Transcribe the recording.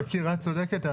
יקירה, את צודקת.